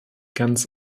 ganz